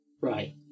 Right